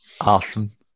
Awesome